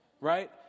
right